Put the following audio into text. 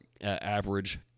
average